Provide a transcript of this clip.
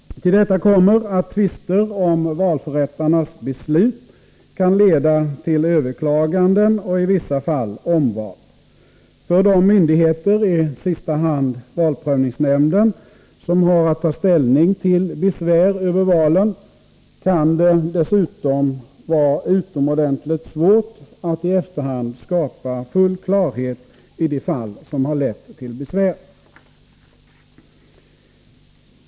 Till detta kommer att tvister om valförrättarnas beslut kan leda till överklaganden och i vissa fall omval. För de myndigheter, i sista hand valprövningsnämnden, som har att ta ställning till besvär över valen, kan det dessutom vara utomordentligt svårt att i efterhand skapa full klarhet i de fall som har lett till besvär.